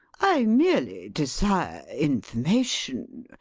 i merely desire information.